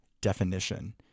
definition